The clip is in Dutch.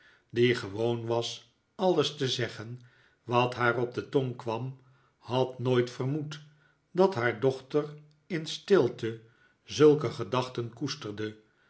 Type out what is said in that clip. die gewoon was alles te zeggen wat haar op de tong kwam had nooit vermoed dat haar dochter in stilte zulke gedachten koesterde